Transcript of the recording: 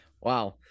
Wow